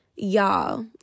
Y'all